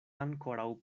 ankoraŭ